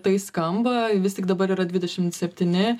tai skamba vis tik dabar yra dvidešimt septyni